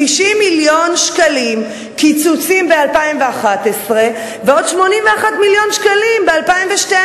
90 מיליון ש"ח קיצוצים ב-2011 ועוד 81 מיליון ש"ח ב-2012.